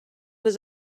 was